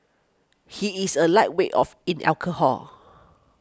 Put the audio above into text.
he is a lightweight of in alcohol